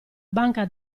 banca